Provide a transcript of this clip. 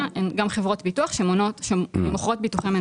הן גם חברות ביטוח שמוכרות ביטוחי מנהלים.